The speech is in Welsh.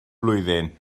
blwyddyn